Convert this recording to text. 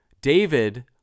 David